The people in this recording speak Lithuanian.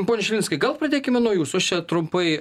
pone šilinskai gal pradėkime nuo jūsų aš čia trumpai